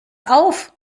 auf